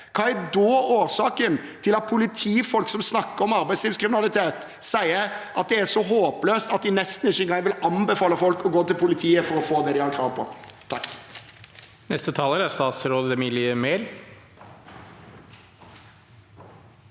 hva er da årsaken til at politifolk som snakker om arbeidslivskriminalitet, sier at det er så håpløst at de nesten ikke vil anbefale folk å gå til politiet for å få det de har krav på?